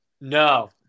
No